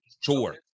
Sure